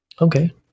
Okay